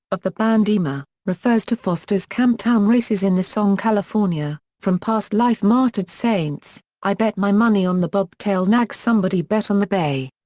of the band ema, refers to foster's camptown races in the song california, from past life martyred saints i bet my money on the bobtail nag somebody bet on the bay.